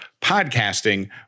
podcasting